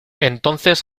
entonces